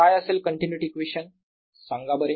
काय असेल continuity equation सांगा बरे